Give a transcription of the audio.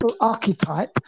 archetype